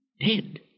Dead